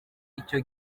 icyo